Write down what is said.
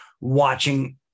watching